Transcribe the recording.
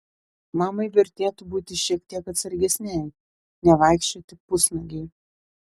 mamai vertėtų būti šiek tiek atsargesnei nevaikščioti pusnuogei